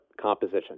composition